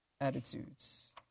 attitudes